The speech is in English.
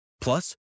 Plus